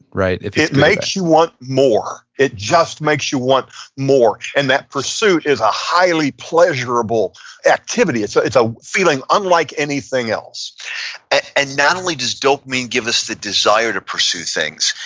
right? it makes you want more. it just makes you want more, and that pursuit is a highly pleasurable activity. it's it's a feeling unlike anything else and not only does dopamine give us the desire to pursue things,